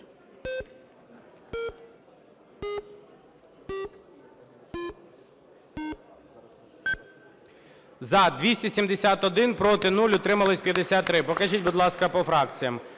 За-271 Проти – 0, утрималися – 53. Покажіть, будь ласка, по фракціях.